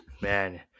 man